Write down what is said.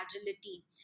agility